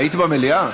היית במליאה?